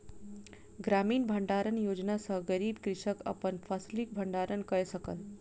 ग्रामीण भण्डारण योजना सॅ गरीब कृषक अपन फसिलक भण्डारण कय सकल